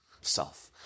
self